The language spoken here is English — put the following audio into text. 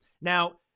Now